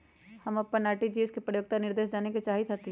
हम अपन आर.डी के परिपक्वता निर्देश जाने के चाहईत हती